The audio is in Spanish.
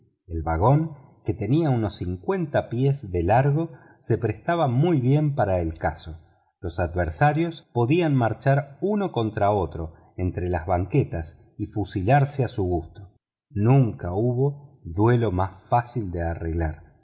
el vagón que tenía unos cincuenta pies de largo se prestaba muy bien para el caso los adversarios podían marchar uno contra otro entre las banquetas y fusilarse a su gusto nunca hubo duelo más fácil de arreglar